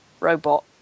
Robot